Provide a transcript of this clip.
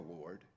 Lord